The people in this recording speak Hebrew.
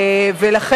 זה עניין של אגו?